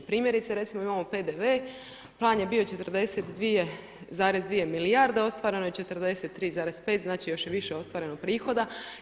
Primjerice recimo imamo PDV, plan je bio 42,2 milijarde, ostvareno je 43,5, znači još je više ostvareno prihoda.